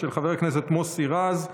327, של חבר הכנסת מוסי רז: